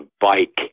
bike